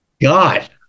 god